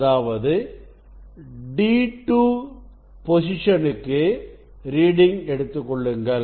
அதாவது D2 பொசிஷனுக்கு reading எடுத்துக்கொள்ளுங்கள்